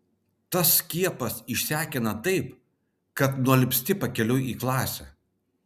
tas skiepas išsekina taip kad nualpsti pakeliui į klasę